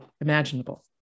imaginable